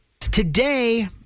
Today